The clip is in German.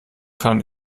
kann